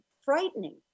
frightening